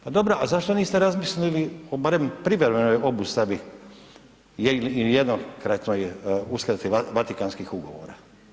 Pa dobro, a zašto niste razmislili o barem privremenoj obustavi jednokratnoj uslijed Vatikanskih ugovora?